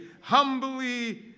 humbly